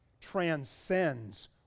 transcends